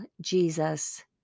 Jesus